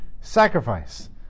sacrifice